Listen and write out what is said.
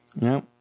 No